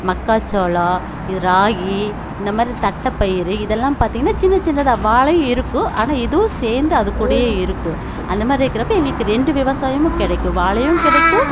மக்காசோளம் இது ராகி இந்த மாதிரி தட்டைப்பயிறு இதெல்லாம் பார்த்தீங்கன்னா சின்ன சின்னதாக வாழையும் இருக்கும் ஆனால் இதுவும் சேர்ந்து அதுக்கூடையே இருக்கும் அந்த மாதிரி இருக்கறப்போ எங்களுக்கு ரெண்டு விவசாயமும் கிடைக்கும் வாழையும் கிடைக்கும்